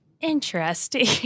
Interesting